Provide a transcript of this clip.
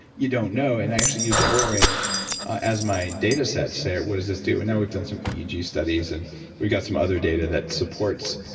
you don't know. and i actually use the oura ring as my data set say, what does this do? and now we've done some eeg studies and we've got some other data that supports.